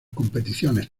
competiciones